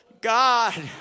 God